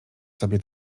sobie